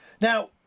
Now